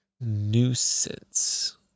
Nuisance